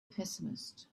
pessimist